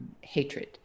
hatred